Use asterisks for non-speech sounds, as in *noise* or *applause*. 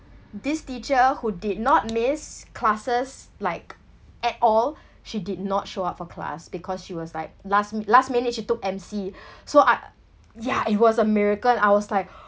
this teacher who did not miss classes like at all she did not show up for class because she was like last min~ last minute she took M_C *breath* so I yeah it was a miracle and I was like *breath*